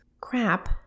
crap